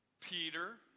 Peter